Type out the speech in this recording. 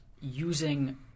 using